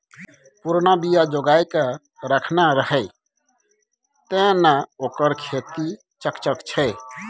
पुरना बीया जोगाकए रखने रहय तें न ओकर खेती चकचक छै